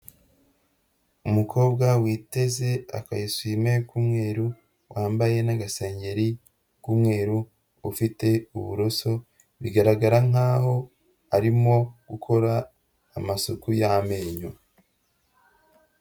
Umukobwa witeze aka esume k'umweru, wambaye n'agasenyeri k'umweru, ufite uburoso bigaragara nkaho arimo gukora amasuku y'amenyo.